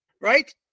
right